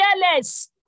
fearless